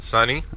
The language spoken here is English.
Sunny